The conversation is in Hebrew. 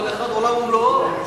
כל אחת עולם ומלואו.